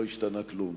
לא השתנה כלום.